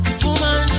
woman